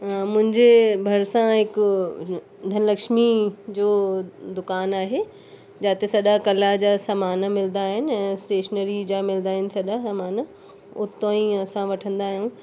मुंहिंजे भरिसां हिकु धनलक्ष्मी जो दुकानु आहे जाते सॼा कला जा सामान मिलंदा आहिनि ऐं स्टेशनरी जा मिलंदा आहिनि सॼा सामान उतो ई असां वठंदा आहियूं